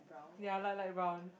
ya light light brown